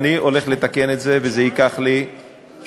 אני הולך לתקן את זה וזה ייקח לי שנה,